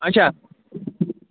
اَچھا